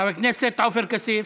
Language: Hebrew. חבר הכנסת עופר כסיף.